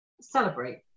celebrate